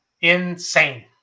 Insane